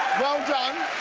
well done.